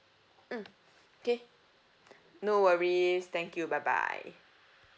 mm okay no worries thank you bye bye